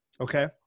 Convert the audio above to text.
Okay